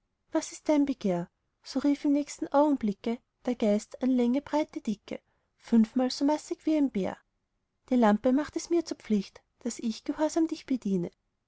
was ist dein begehr so rief im nächsten augenblicke der geist an länge breite dicke fünfmal so massig wie ein bär die lampe macht es mir zur pflicht daß ich gehorsam dich bediene